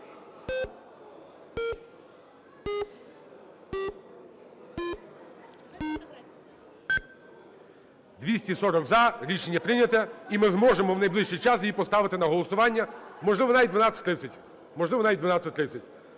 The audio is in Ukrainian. За-240 Рішення прийнято. І ми зможемо в найближчий час її поставити на голосування, можливо, навіть о 12:30.